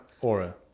Aura